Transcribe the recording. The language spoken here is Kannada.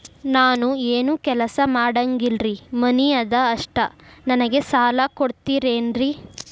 ನಾನು ಏನು ಕೆಲಸ ಮಾಡಂಗಿಲ್ರಿ ಮನಿ ಅದ ಅಷ್ಟ ನನಗೆ ಸಾಲ ಕೊಡ್ತಿರೇನ್ರಿ?